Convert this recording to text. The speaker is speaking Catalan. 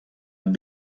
amb